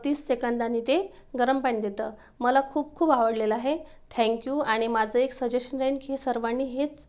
तीस सेकंदानी ते गरम पाणी देतं मला खूप खूप आवडलेलं आहे थँक यू आणि माझं एक सजेशन राहीन की सर्वांनी हेच